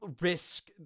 risk